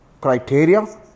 criteria